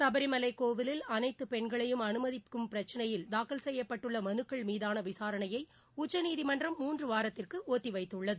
சபரிமலை கோவிலில் அனைத்து பெண்களையும் அனுமதிக்கும் பிரச்சினையில் தாக்கல் செய்யப்பட்டுள்ள மனுக்கள் மீதான விசாரணையை உச்சநீதிமன்றம் மூன்று வாரத்திற்கு ஒத்தி வைத்துள்ளது